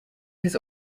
his